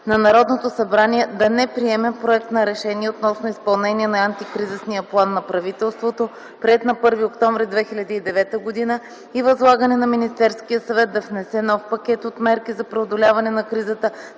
на Народното събрание да не приеме Проект за решение относно изпълнение на Антикризисния план на правителството, приет на 1 октомври 2009 г., и възлагане на Министерския съвет да внесе нов пакет от мерки за преодоляване на кризата,